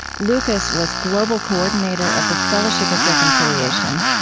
lucas was global coordinator of the fellowship of reconciliation,